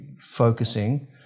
focusing